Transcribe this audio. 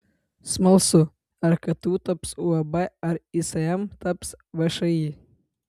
smalsu ar ktu taps uab ar ism taps všį